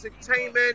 Entertainment